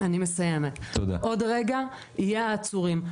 אני מסיימת, עוד רגע יהיו העצורים.